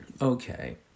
okay